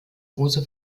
große